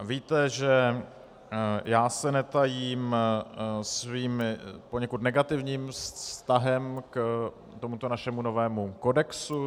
Víte, že já se netajím svým poněkud negativním vztahem k tomuto našemu novému kodexu.